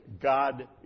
God